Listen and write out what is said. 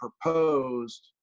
proposed